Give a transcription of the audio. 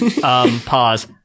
pause